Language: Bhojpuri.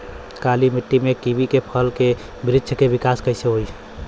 काली मिट्टी में कीवी के फल के बृछ के विकास कइसे होई?